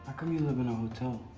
come you live in a hotel?